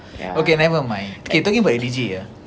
ya